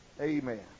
Amen